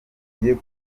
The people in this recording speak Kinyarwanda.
igiye